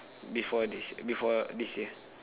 before this before this year